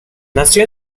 nació